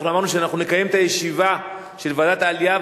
אנחנו אמרנו שאנחנו נקיים את הישיבה של ועדת העלייה,